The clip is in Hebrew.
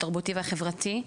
התרבותי והחברתי.